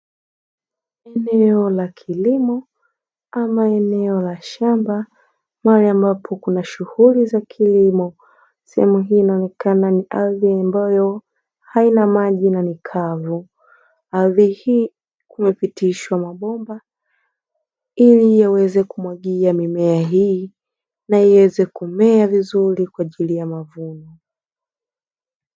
Eneo la kilimo ama eneo la shamba, mahali ambapo kuna shughuli za kilimo. Sehemu hii inaonekana ni ardhi ambayo haina maji na ni kavu. Ardhi hii imepitishwa mabomba ili yaweze kumwagia mimea hii na iweze kumea vizuri kwa ajili ya mavuno.